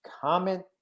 comment